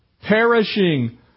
Perishing